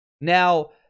Now